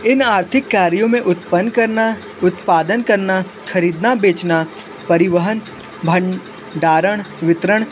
इन आर्थिक कार्यों में उत्पन्न करना उत्पादन करना खरीदना बेचना परिवहन भंडारण वितरण